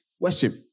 worship